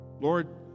lord